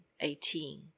eighteen